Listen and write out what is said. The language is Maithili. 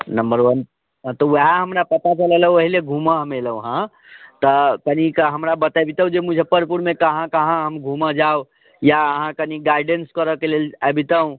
नम्बर वन तऽ ओएह हमरा पता चलले वही ले घूमऽ हम अयलहुँ हँ तऽ तरीका हमरा बतबितहुँ जे मुजफ्फरपुरमे कहाँ कहाँ हम घूमऽ जाउ या अहाँ कनि गाइडेंस करऽक लेल अबितहुँ